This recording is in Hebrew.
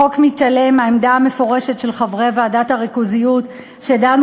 החוק מתעלם מהעמדה המפורשת של חברי ועדת הריכוזיות שדנו